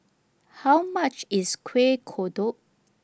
How much IS Kuih Kodok